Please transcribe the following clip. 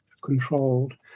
controlled